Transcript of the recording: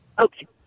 Okay